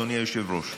אדוני היושב-ראש,